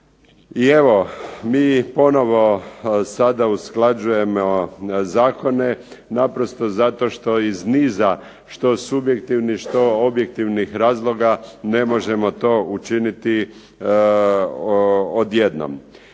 I evo mi ponovo sada usklađujemo zakone, naprosto zato što iz niza što subjektivnih što objektivnih razloga ne možemo to učiniti odjednom.